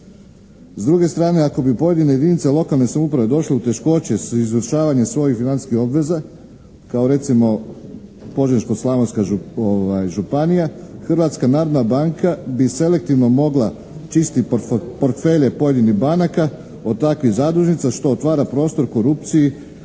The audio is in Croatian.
S druge strane ako bi u pojedinim jedinicama lokalne samouprave došlo do teškoće u izvršavanju svojih financijskih obveza kao recimo Požeško-slavonska županija Hrvatska narodna banka bi selektivno mogla čisti portfelje pojedinih banaka od takvih zadužnica što otvara prostor korupciji